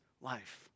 life